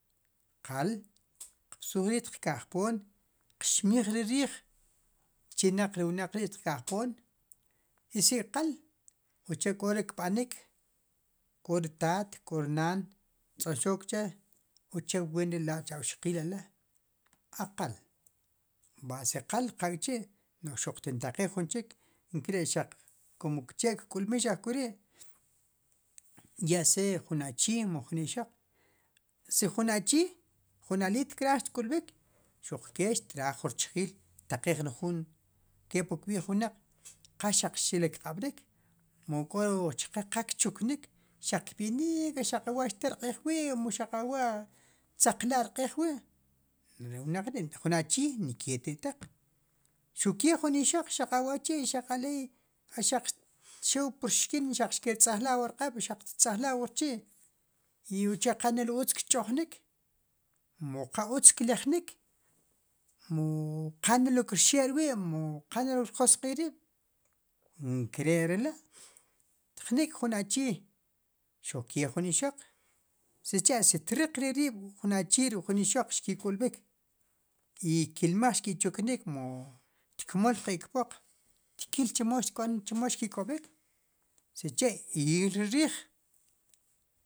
Qaal xtiq b'suj ri' xtiq ka'jpoom xtiq xmiij re'riij, chinaq ri wnaq ri' xtiqka'jpoom, i sik'qaal uche' k'ore kb'anik, k're taat k'ore naan, ktzonxook che' uche' ween re' la' chu awqiil ala' a qal va si qaal qalk'chi' no'j xuq xtin taqiij jun chiik, nkere'xaq che jun kk'lmxik ojk'ori' ya sea jun achiiy mu jun ixoq si jun achii jun aliit kraaj xtk'ub'ik, xuqkee traaj ju chjiil, xttaqiij ne juun kepli kb'iij ke wnaq qa xaq liachii k'q'ab'rik, mu kó re chqe qal kchuknik, xaq kb'nik xaq awa' xteel rq'iij wi' kir tzaqla' rq'iij wi' ri wnaq ri' jun achii ni qeetri' taaq xuqkee jun ixoq xaq awa'chi' aley xaq xew wu pirxkin, ki'rtz'aajla'wur q'aab' ki rtzaajla' wu rchi' uche'qanere utz kch'oojnik, mu qa utz kleejnik, mu qanelo'kir xeé rwi' mu qanelo' kir joq'q'iij riib' nkere'ri la' jnik' jun achii xuq ke jun ixoq sicha'si itriq re rib'jun achii ruk'jun ixoq xki' k'ulb'ik i kilmaaj xki' chuknik, mu xtkmool qe' kpoq tkiil chemo xki' k'ob'ik, sicha'iil re riij.